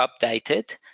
updated